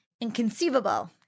Inconceivable